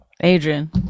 Adrian